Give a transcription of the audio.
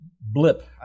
blip